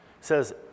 says